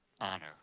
Honor